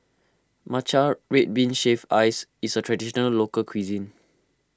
Matcha Red Bean Shaved Ice is a Traditional Local Cuisine